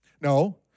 No